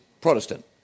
Protestant